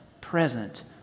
present